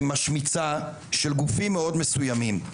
ומשמיצה של גופים מאוד מסוימים,